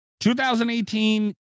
2018